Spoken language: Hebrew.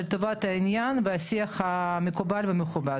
על טובת העניין ושיח מקובל ומכובד.